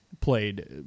played